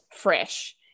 fresh